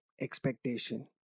expectation